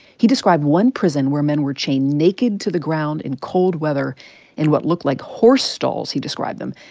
he described one prison where men were chained naked to the ground in cold weather in what looked like horse stalls he described them.